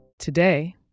Today